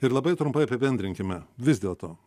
ir labai trumpai apibendrinkime vis dėlto